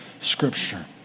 Scripture